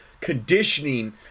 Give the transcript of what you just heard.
conditioning